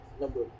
Number